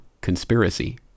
Conspiracy